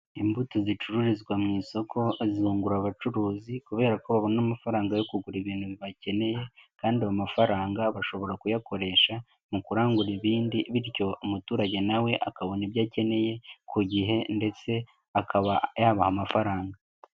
Imbuto zicururizwa mu isoko zungura abacuruzi kubera ko babona amafaranga yo kugura ibintu bakeneye, kandi mafaranga bashobora kuyakoresha mu kurangura ibindi, bityo umuturage nawe akabona ibyo akeneye ku gihe, ndetse akaba yabaha amafaranga.